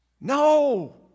No